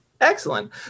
Excellent